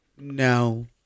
No